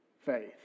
faith